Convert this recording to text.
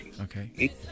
Okay